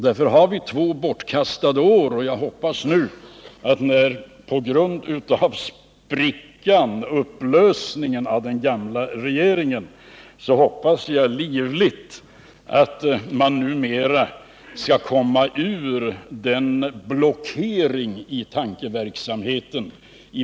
Därför har vi haft två bortkastade år, och när trepartiregeringen nu har upplösts hoppas jag livligt att majoriteten av riksdagens ledamöter skall komma ur blockeringen av tankeverksamheten.